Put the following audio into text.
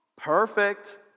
Perfect